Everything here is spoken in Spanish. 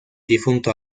difunto